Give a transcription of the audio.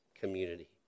community